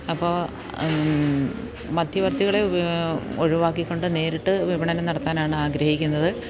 അപ്പോൾ മദ്ധ്യവർത്തികളെ ഒഴിവാക്കിക്കൊണ്ട് നേരിട്ട് വിപണനം നടത്താനാണ് ആഗ്രഹിക്കുന്നത്